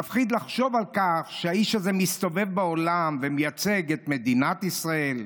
מפחיד לחשוב על כך שהאיש הזה מסתובב בעולם ומייצג את מדינת ישראל.